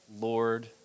Lord